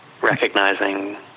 recognizing